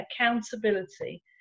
accountability